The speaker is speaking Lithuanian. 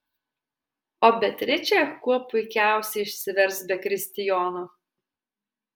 o beatričė kuo puikiausiai išsivers be kristijono